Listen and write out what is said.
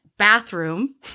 bathroom